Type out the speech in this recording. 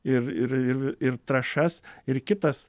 ir ir ir trąšas ir kitas